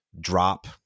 drop